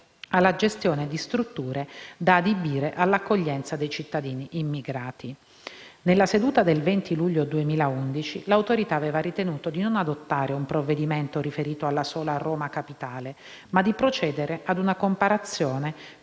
alla gestione di strutture da adibire all’accoglienza dei cittadini immigrati. Nella seduta del 20 luglio 2011, l’Autorità aveva ritenuto di non adottare un provvedimento riferito alla sola Roma Capitale, ma di procedere a una comparazione